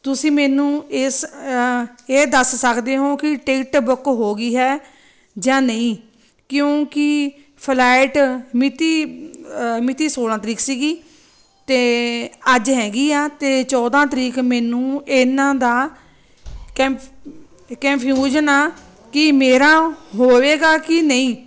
ਤੁਸੀਂ ਮੈਨੂੰ ਇਸ ਇਹ ਦੱਸ ਸਕਦੇ ਹੋ ਕਿ ਟਿਕਟ ਬੁੱਕ ਹੋ ਗਈ ਹੈ ਜਾਂ ਨਹੀਂ ਕਿਉਂਕਿ ਫਲਾਈਟ ਮਿਤੀ ਮਿਤੀ ਸੋਲ੍ਹਾਂ ਤਰੀਕ ਸੀਗੀ ਅਤੇ ਅੱਜ ਹੈਗੀ ਆ ਅਤੇ ਚੌਦ੍ਹਾਂ ਤਰੀਕ ਮੈਨੂੰ ਇਹਨਾਂ ਦਾ ਕੈਨ ਕੰਨਫਿਊਜ਼ਨ ਆ ਕਿ ਮੇਰਾ ਹੋਵੇਗਾ ਕਿ ਨਹੀਂ